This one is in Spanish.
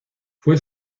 fue